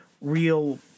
real